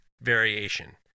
variation